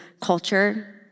culture